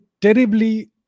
terribly